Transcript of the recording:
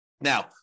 Now